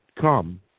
come